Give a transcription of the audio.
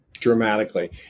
dramatically